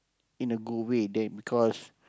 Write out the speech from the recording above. in a good way that because